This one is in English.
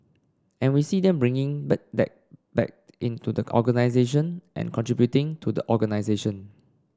and we see them bringing that back into the organisation and contributing to the organisation